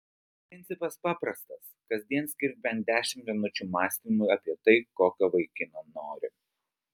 principas paprastas kasdien skirk bent dešimt minučių mąstymui apie tai kokio vaikino nori